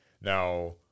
Now